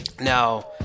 Now